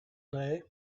day